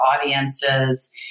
audiences